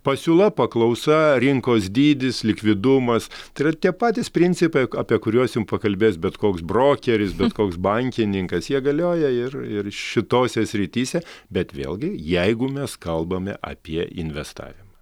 pasiūla paklausa rinkos dydis likvidumas tai yra tie patys principai apie kuriuos jum pakalbės bet koks brokeris bet koks bankininkas jie galioja ir ir šitose srityse bet vėlgi jeigu mes kalbame apie investavimą